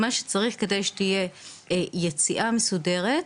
מה שצריך על מנת שתהיה יציאה מסודרת,